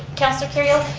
councilor kerrio?